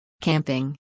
Camping